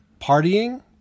partying